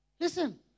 Listen